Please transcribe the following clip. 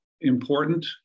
important